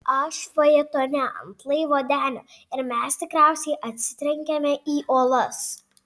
aš fajetone ant laivo denio ir mes tikriausiai atsitrenkėme į uolas